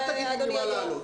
אל תגידי לי מה להעלות.